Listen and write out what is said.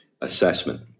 assessment